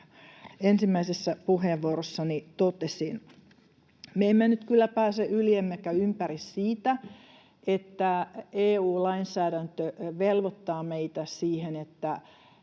ensimmäisessä puheenvuorossani totesin. Me emme nyt kyllä pääse yli emmekä ympäri siitä, että EU-lainsäädäntö velvoittaa meitä siihen, että